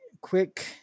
quick